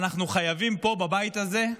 ואנחנו חייבים פה, בבית הזה,